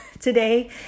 today